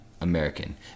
American